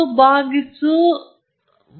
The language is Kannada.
ಅದರ ಬಗ್ಗೆ ಯಾವುದೇ ಸಂದೇಹವೂ ಇಲ್ಲ